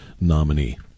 nominee